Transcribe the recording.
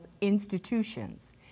institutions